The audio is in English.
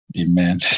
Amen